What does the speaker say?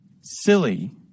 Silly